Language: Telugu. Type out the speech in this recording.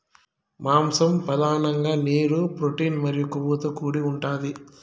మాంసం పధానంగా నీరు, ప్రోటీన్ మరియు కొవ్వుతో కూడి ఉంటాది